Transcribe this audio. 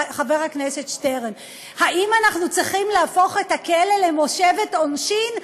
חבר הכנסת שטרן: האם אנחנו צריכים להפוך את הכלא למושבת עונשין?